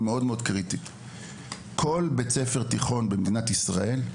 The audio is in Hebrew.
היא קריטית מאוד כל בית ספר תיכון במדינת ישראל,